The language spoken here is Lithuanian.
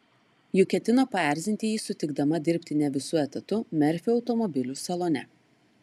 juk ketino paerzinti jį sutikdama dirbti ne visu etatu merfio automobilių salone